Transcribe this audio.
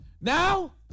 Now